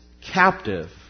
captive